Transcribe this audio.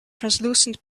translucent